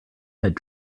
had